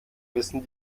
wissen